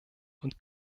und